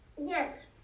Yes